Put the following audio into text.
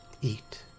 eat